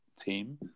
team